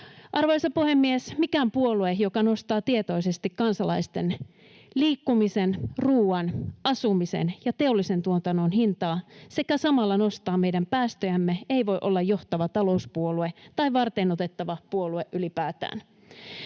Arvoisa puhemies! Mikään puolue, joka nostaa tietoisesti kansalaisten liikkumisen, ruuan, asumisen ja teollisen tuotannon hintaa sekä samalla nostaa meidän päästöjämme, ei voi olla johtava talouspuolue tai varteenotettava puolue ylipäätään.